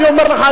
אני אומר לך,